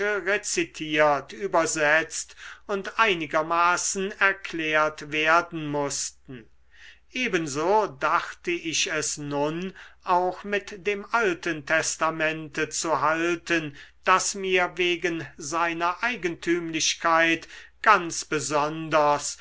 rezitiert übersetzt und einigermaßen erklärt werden mußten ebenso dachte ich es nun auch mit dem alten testamente zu halten das mir wegen seiner eigentümlichkeit ganz besonders